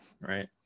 right